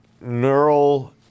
neural